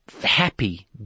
happy